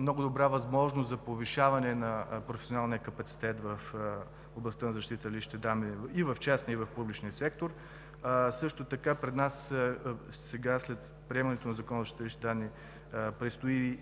много добра възможност за повишаване на професионалния капацитет в областта на защитата на личните данни в частния и в публичния сектор. Също така при нас, след приемането на Закона за защита на личните данни, предстои